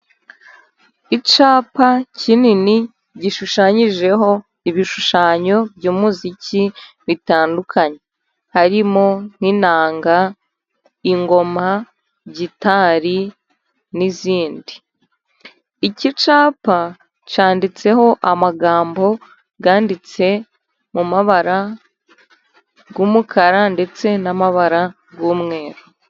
Icypa kinini gishushanyijeho ibishushanyo by'umuziki bitandukanye harimo: nk'inanga, ingoma, gitari n'izindi. Ikicyapa cyanditseho amagambo yanditse mumabara y'umukara ndetse n'amabara y'umweru.